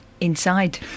Inside